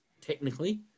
Technically